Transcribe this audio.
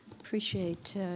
appreciate